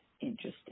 interesting